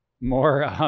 more